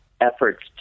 efforts